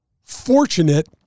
fortunate